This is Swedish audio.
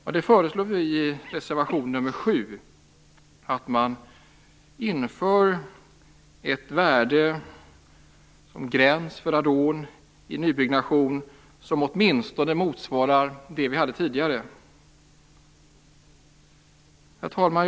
Vi föreslår i reservation nr 7 att man skall införa ett värde som gräns för radon i nybyggnation som åtminstone motsvarar det värde vi hade tidigare. Herr talman!